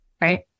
Right